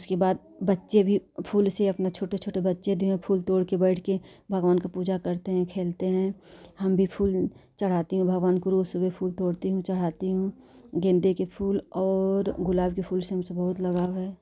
उसके बाद बच्चे भी फूल से अपने छोटे छोटे बच्चे जो हैं फूल तोड़कर बैठकर भगवान की पूजा करते हैं खेलते हैं हम भी फूल चढ़ाते हैं भगवान को रोज़ सुबह फूल तोड़ती हूँ चढ़ाती हूँ गेंदे के फूल और गुलाब के फूल से उनको बहुत लगाव है